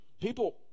people